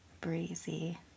breezy